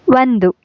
ಒಂದು